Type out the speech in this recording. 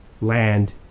land